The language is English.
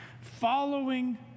Following